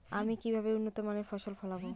আমি কিভাবে উন্নত মানের ফসল ফলাব?